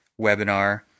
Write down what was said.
webinar